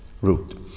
root